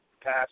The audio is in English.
pass